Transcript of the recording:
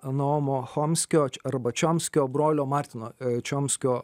naomo chomskio arba čiomskio brolio martino čiomskio